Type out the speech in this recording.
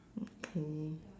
okay